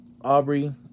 Aubrey